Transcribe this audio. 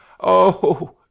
Oh